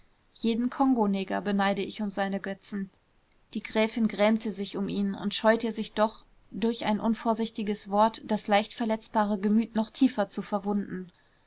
jeden kongoneger beneide ich um seinen götzen die gräfin grämte sich um ihn und scheute sich doch durch ein unvorsichtiges wort das leicht verletzbare gemüt noch tiefer zu verwunden